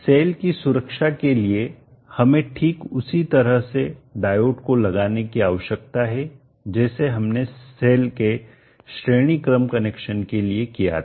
cell की सुरक्षा के लिए हमें ठीक उसी तरह से डायोड को लगाने की आवश्यकता है जैसे हमने सेल के श्रेणी क्रम कनेक्शन के लिए किया था